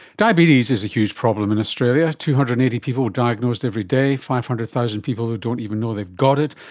diabetes is a huge problem in australia two hundred and eighty people diagnosed every day, five hundred thousand people who don't even know they've got it.